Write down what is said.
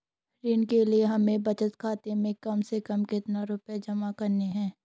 ऋण के लिए हमें बचत खाते में कम से कम कितना रुपये जमा रखने हैं?